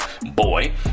boy